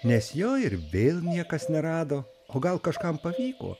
nes jo ir vėl niekas nerado o gal kažkam pavyko